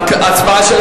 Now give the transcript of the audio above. בהצבעה.